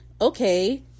okay